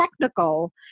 technical